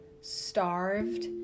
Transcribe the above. starved